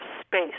space